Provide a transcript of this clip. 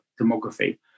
demography